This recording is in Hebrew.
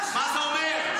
מה זה אומר?